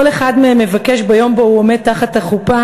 כל אחד מהם מבקש ביום שבו הוא עומד תחת החופה